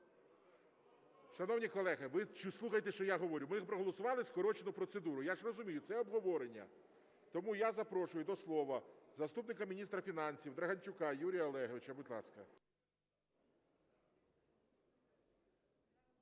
Шановні колеги, ви слухайте, що я говорю. Ми проголосували скорочену процедуру. Я ж розумію, це обговорення. Тому я запрошую до слова заступника міністра фінансів Драганчука Юрія Олеговича, будь ласка.